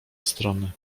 strony